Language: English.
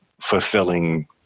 fulfilling